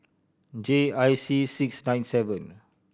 J I C six nine seven